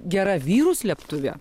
gera vyrų slėptuvė